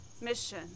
mission